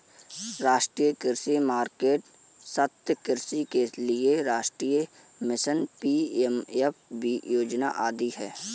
राष्ट्रीय कृषि मार्केट, सतत् कृषि के लिए राष्ट्रीय मिशन, पी.एम.एफ.बी योजना आदि है